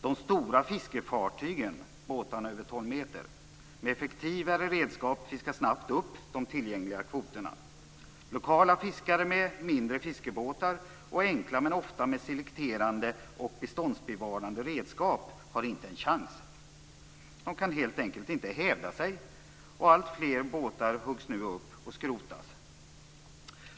De stora fiskefartygen - båtar över 12 meter - med effektivare redskap fiskar snabbt upp de tillgängliga kvoterna. Lokala fiskare med mindre fiskebåtar och enkla, men ofta selekterande och beståndsbevarande, redskap har inte en chans. De kan helt enkelt inte hävda sig, och alltfler båtar huggs nu upp och skrotas.